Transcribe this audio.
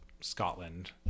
Scotland